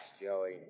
Joey